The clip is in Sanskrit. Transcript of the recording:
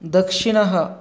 दक्षिणः